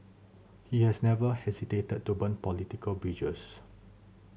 he has never hesitated to burn political bridges